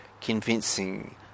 convincing